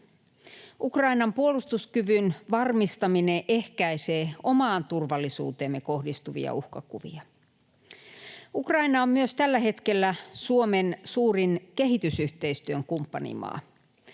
Ukrainan puolustuskyvyn varmistaminen ehkäisee omaan turvallisuuteemme kohdistuvia uhkakuvia. Ukraina on tällä hetkellä myös Suomen suurin kehitysyhteistyön kumppanimaa.